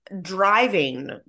driving